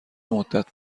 مدت